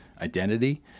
identity